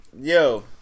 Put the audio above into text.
Yo